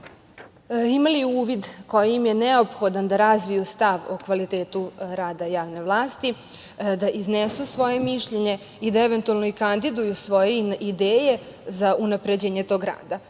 imali uvid koji im je neophodan da razviju stav o kvalitetu rada javne vlasti, da iznesu svoje mišljenje i da eventualno i kandiduju svoje ideje za unapređenje tog ranga.